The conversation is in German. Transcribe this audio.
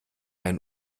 ein